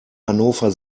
hannover